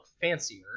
fancier